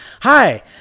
Hi